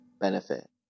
benefit